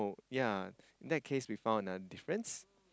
ya in that case we found another difference